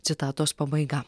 citatos pabaiga